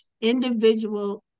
individual